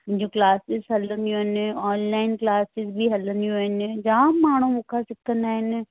मुंहिंजियूं क्लासिस हलंदियूं आहिनि ऑनलाइन क्लासिस बि हलंदियूं आहिनि जाम माण्हू मूंखां सिखंदा आहिनि